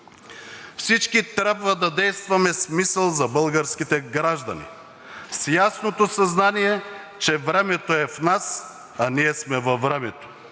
Всички трябва да действаме с мисъл за българските граждани, с ясното съзнание, че „времето е в нас, а ние сме във времето,